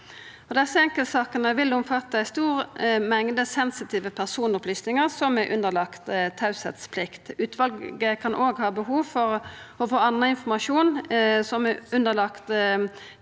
Desse enkeltsakene vil omfatta ei stor mengd sensitive personopplysningar som er underlagt teieplikt. Utvalet kan òg ha behov for å få annan informasjon som er underlagt